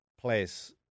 place